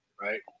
right